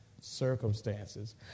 circumstances